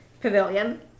pavilion